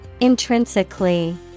Intrinsically